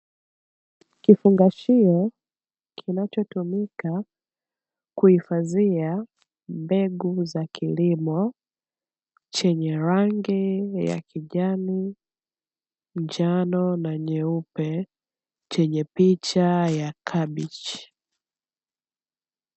Kifungashio kinachotumika kuhifadhia mbegu za kilimo, chenye rangi ya kijani, njano na nyeupe, chenye picha ya kabichi.